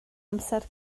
amser